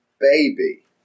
baby